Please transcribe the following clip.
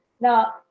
Now